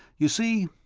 you see?